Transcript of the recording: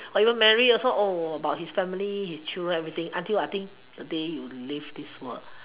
or even married also about his family his children everything until I think the day you leave this world